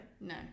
No